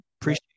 Appreciate